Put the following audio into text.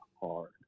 hard